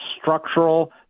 structural